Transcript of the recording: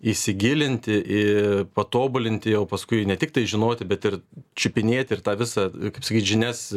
įsigilinti ir patobulinti o paskui ne tiktai žinoti bet ir čiupinėti ir tą visą kaip sakyt žinias